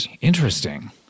interesting